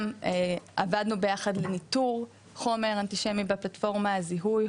גם עבדנו ביחד על ניטור חומר אנטישמי בפלטפורום הזיהוי,